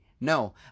no